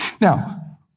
Now